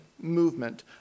movement